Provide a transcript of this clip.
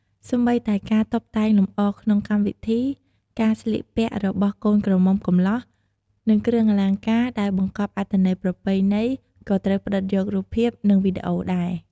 សូម្បីតែការតុបតែងលម្អក្នុងកម្មវិធី ការស្លៀកពាក់របស់កូនក្រមុំកំលោះ និងគ្រឿងអលង្ការដែលបង្កប់អត្ថន័យប្រពៃណី ក៏ត្រូវផ្តិតយករូបភាព និងវីដេអូដែរ។